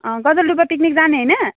अँ गजलडुब्बा पिकनिक जाने होइन